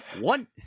One